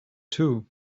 too